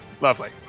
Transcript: Lovely